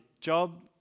job